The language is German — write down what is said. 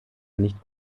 nicht